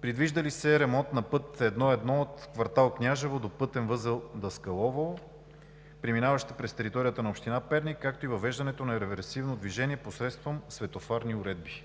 предвижда ли се ремонт на път I-1 от квартал „Княжево“ до пътен възел „Даскалово“, преминаващи през територията на община Перник, както и въвеждането на реверсивно движение посредством светофарни уредби?